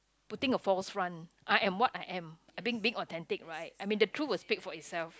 putting a false front I am what I am I being being authentic right I mean the truth will speak for itself